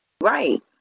Right